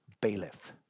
bailiff